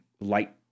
light